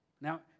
Now